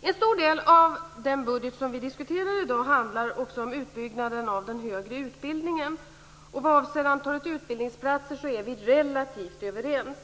En stor del av den budget som vi diskuterar i dag handlar om utbyggnaden av den högre utbildningen. Vad avser antalet utbildningsplatser är vi relativt överens.